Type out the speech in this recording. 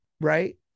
Right